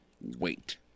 wait